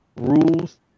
rules